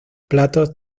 platos